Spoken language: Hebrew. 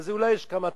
אז אולי יש כמה טובים,